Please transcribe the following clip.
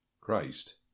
Christ